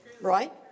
Right